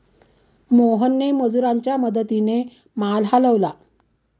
मोहनने मजुरांच्या मदतीने माल हलवला